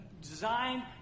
designed